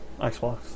Xbox